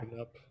up